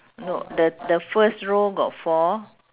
no the the first row got four